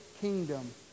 kingdom